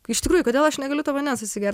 iš tikrųjų kodėl aš negaliu to vandens atsigerti